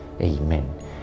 Amen